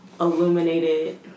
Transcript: illuminated